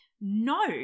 No